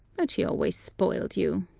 but she always spoiled you.